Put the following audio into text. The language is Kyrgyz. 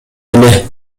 эле